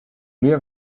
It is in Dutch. muur